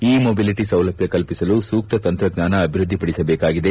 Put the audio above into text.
E mobility ಸೌಲಭ್ಞ ಕಲ್ಪಿಸಲು ಸೂಕ್ತ ತಂತ್ರಜ್ಞಾನ ಅಭಿವೃದ್ದಿಪಡಿಸಬೇಕಾಗಿದೆ